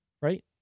Right